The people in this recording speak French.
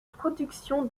production